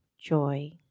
joy